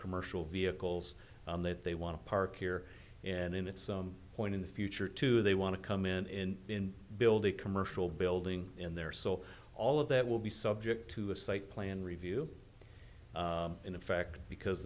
commercial vehicles that they want to park here and then at some point in the future too they want to come in build a commercial building in there so all of that will be subject to a site plan review in fact because